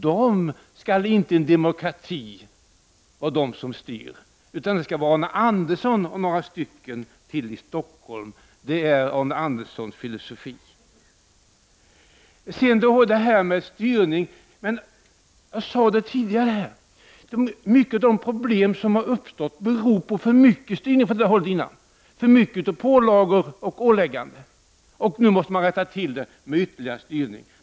De skall inte styra i en demokrati, utan det skall Arne Andersson och några stycken till i Stockholm göra. Det är Arne Anderssons filosofi. Sedan till detta med styrning. Jag har tidigare här sagt att många av de problem som uppstår beror på för mycket styrning från detta håll, för många pålagor och ålägganden. Nu skall man rätta till detta med ytterligare styrning.